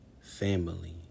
family